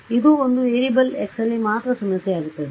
ಇದು ಒಂದು variable x ಲ್ಲಿ ಮಾತ್ರ ಸಮಸ್ಯೆಯಾಗುತ್ತದೆ